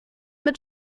mit